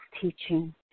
teaching